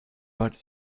but